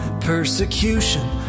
persecution